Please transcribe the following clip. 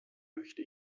möchte